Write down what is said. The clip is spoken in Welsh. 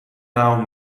naw